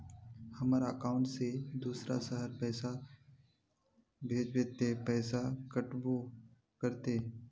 हमर अकाउंट से दूसरा शहर पैसा भेजबे ते पैसा कटबो करते?